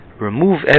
remove